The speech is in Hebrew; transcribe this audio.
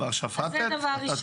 זה דבר ראשון.